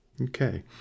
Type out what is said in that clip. Okay